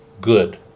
good